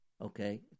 Okay